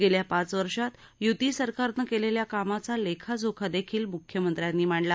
गेल्या पाच वर्षात युती सरकारनं केलेल्या कामाचा लेखाजोखा देखील मुख्यमंत्र्यांनी मांडला